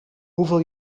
hoeveel